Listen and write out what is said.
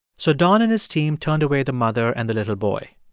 so don and his team turned away the mother and the little boy.